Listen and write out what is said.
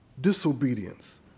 disobedience